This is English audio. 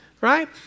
right